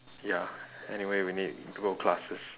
ya anyway we need go classes